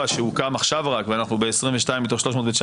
שהוקם עכשיו רק ואנחנו ב-22 מתוך 319,